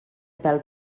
pèl